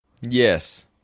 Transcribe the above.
Yes